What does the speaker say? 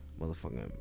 Motherfucker